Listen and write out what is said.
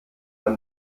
ein